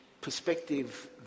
perspective